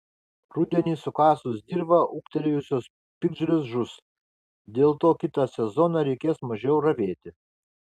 rudenį sukasus dirvą ūgtelėjusios piktžolės žus dėl to kitą sezoną reikės mažiau ravėti